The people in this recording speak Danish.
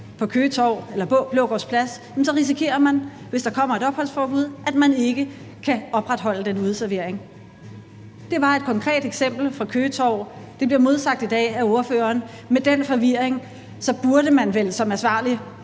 på Køge Torv eller Blågårds Plads, og hvis der kommer et opholdsforbud, risikerer, at man ikke kan opretholde den udeservering. Der var et konkret eksempel fra Køge Torv, og det bliver modsagt i dag af ordføreren. Med den forvirring burde man vel som et ansvarligt